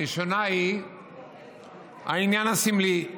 הראשונה היא העניין הסמלי.